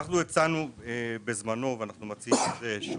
אנחנו הצענו בזמנו, ואנחנו מציעים שוב,